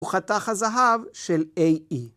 ‫הוא חתך הזהב של AE.